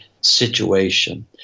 situation